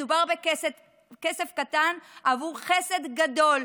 מדובר בכסף קטן עבור חסד גדול.